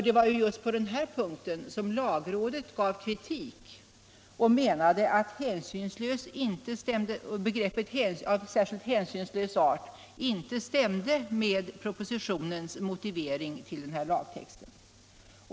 Det var ju just på den punkten som lagrådet gav kritik och menade att begreppet ”av särskilt hänsynslös art” inte stämde med propositionens motivering till lagtexten.